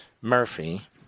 Murphy